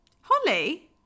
Holly